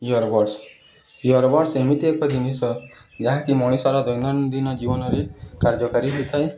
earbuds earbuds ଏମିତି ଏକ ଜିନିଷ ଯାହାକି ମଣିଷର ଦୈନନ୍ଦିନ ଜୀବନରେ କାର୍ଯ୍ୟକାରୀ ହୋଇଥାଏ